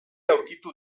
aurkitu